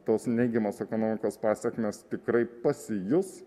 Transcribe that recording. tos neigiamos ekonomikos pasekmės tikrai pasijus